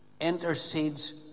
intercedes